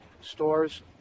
stores